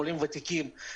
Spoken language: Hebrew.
עולים ותיקים,